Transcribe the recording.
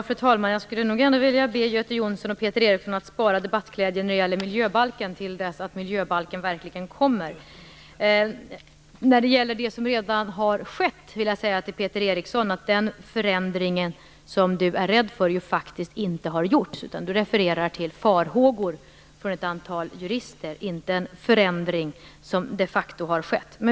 Fru talman! Jag skulle vilja be Göte Jonsson och Peter Eriksson att spara debattglädjen när det gäller miljöbalken till dess att miljöbalksförslaget verkligen kommer. När det gäller sådant som redan har skett vill jag säga till Peter Eriksson att den förändring som han är rädd för faktiskt inte är genomförd. Han refererar till farhågor från ett antal jurister, inte till en förändring som de facto har skett.